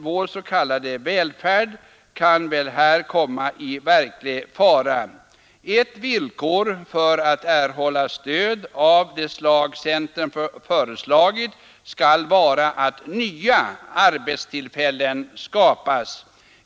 Vår s.k. välfärd kan komma i verklig fara. Ett villkor för att erhålla stöd av det slag centern föreslagit skall vara att nya arbetstillfällen skapas.